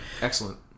Excellent